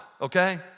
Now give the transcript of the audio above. okay